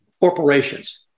corporations